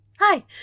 Hi